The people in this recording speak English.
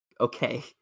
okay